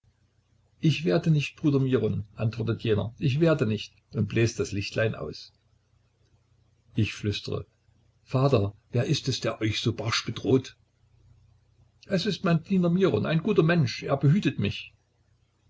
ich werde nicht bruder miron antwortet jener ich werde nicht und bläst das lichtlein aus ich flüstere vater wer ist es der euch so barsch bedroht es ist mein diener miron ein guter mensch er behütet mich